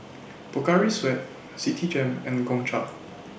Pocari Sweat Citigem and Gongcha